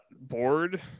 board